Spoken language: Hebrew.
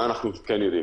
מה אנחנו יודעים?